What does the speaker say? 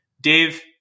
Dave